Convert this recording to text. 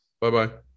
Bye-bye